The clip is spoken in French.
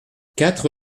quatre